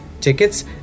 tickets